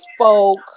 spoke